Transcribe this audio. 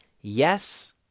Yes